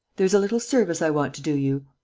there's a little service i want to do you.